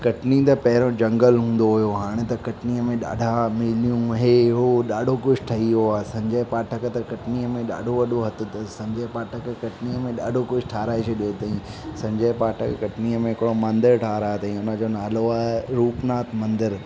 कटनी त पहिरों झंगल हूंदो हुयो हाणे त कटनीअ में ॾाढा मीलियूं हे हो ॾाढो कुझु ठही वियो आहे संजय पाठक त कटनीअ में ॾाढो वॾो हथु अथसि संजय पाठक कटनीअ में ॾाढो कुझु ठहिराए छॾियो अथईं संजय पाठक कटनीअ में हिकिड़ो मंदरु ठहिरायो अथईं उन जो नालो आहे रूपनाथ मंदरु